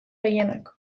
gehienak